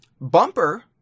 Bumper